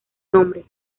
nombre